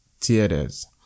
theaters